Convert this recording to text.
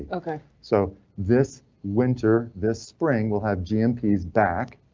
ok, so this winter this spring will have gmp's back.